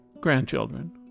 grandchildren